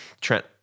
trent